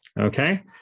Okay